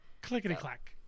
Clickety-clack